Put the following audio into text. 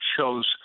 shows